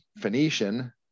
Phoenician